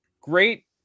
Great